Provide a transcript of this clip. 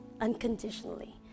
unconditionally